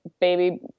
baby